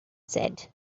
said